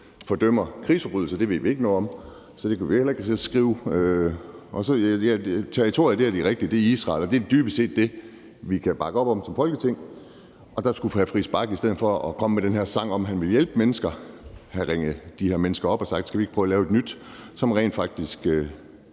fordømmer krigsforbrydelser. Det ved vi ikke noget om, så det kan vi heller ikke skrive. Territoriet er rigtigt, og det er Israel. Det er dybest set det, vi kan bakke op om som Folketing. Der skulle hr. Christian Friis Bach i stedet for at komme med den her sang om, at han vil hjælpe mennesker, have ringet de her mennesker op og spurgt, om man ikke skulle prøve at lave et nyt, som rent faktisk